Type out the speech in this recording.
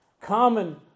common